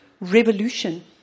revolution